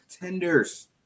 contenders